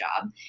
job